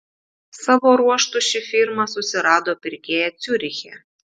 savo ruožtu ši firma susirado pirkėją ciuriche